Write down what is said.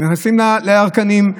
נכנסים לירקנים,